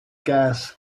gas